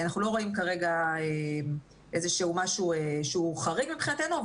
אנחנו לא רואים כרגע איזה שהוא משהו שהוא חריג מבחינתנו,